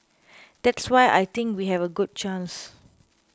that's why I think we have a good chance